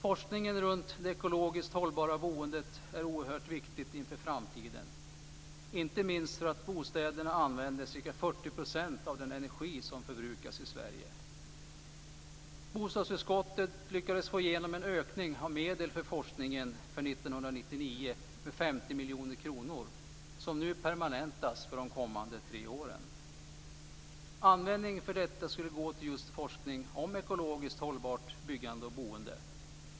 Forskningen runt det ekologiskt hållbara boendet är oerhört viktigt inför framtiden, inte minst därför att bostäderna använder ca 40 % av den energi som förbrukas i Sverige. Bostadsutskottet lyckades få igenom en ökning av medel för forskningen för 1999 med 50 miljoner kronor som nu permanentats för de kommande tre åren. Detta skulle gå till just forskning om ett ekologiskt hållbart byggande och boende.